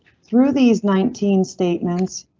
through these nineteen statements,